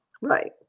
Right